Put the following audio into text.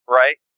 right